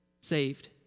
Saved